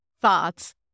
thoughts